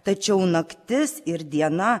tačiau naktis ir diena